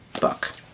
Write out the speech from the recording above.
book